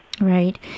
Right